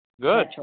Good